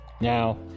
now